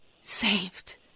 saved